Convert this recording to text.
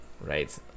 right